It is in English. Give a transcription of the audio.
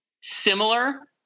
similar